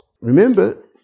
Remember